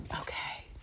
Okay